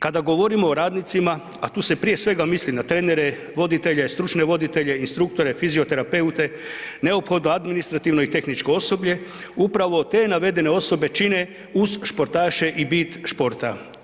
Kada govorimo o radnicima, a tu se, prije svega misli na trenere, voditelje, stručne voditelje, instruktore, fizioterapeute, neophodno administrativno i tehničko osoblje, upravo te navedene osobe čine uz športaše i bit športa.